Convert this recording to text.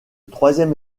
troisième